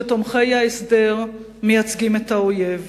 שתומכי ההסדר מייצגים את האויב,